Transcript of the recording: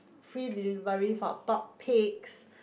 free delivery for top picks